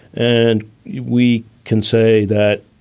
and we can say that,